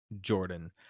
Jordan